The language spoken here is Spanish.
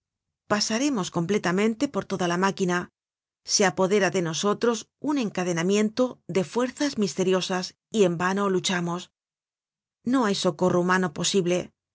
pasaremos completamente por toda la máquina se apodera de nosotros un encadenamiento de fuerzas misteriosas y en vano luchamos no hay socorro humano posible